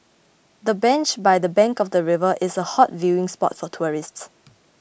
the bench by the bank of the river is a hot viewing spot for tourists